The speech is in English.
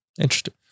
Interesting